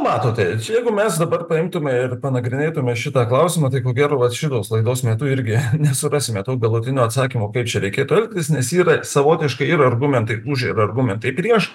matote čia jeigu mes dabar paimtume ir panagrinėtume šitą klausimą tai ko gero vat šitos laidos metu irgi nesurasime to galutinio atsakymo kaip čia reikėtų elgtis nes yra savotiškai ir argumentai už ir argumentai prieš